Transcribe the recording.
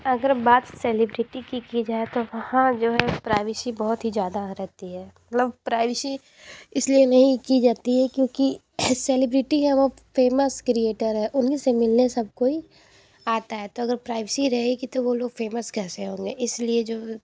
अगर बात सेलिब्रिटी की की जाए तो वहाँ जो है प्राइवेसी बहुत ही ज़्यादा रहती है मतलब प्राइवेसी इसलिए नहीं की जाती है क्योंकि सेलिब्रिटी हैं वो फेमस क्रिएटर है उन्हीं से मिलने सब कोई आता है तो अगर प्राइवेसी रहेगी तो वो लोग फेमस कैसे होंगे इसलिए जो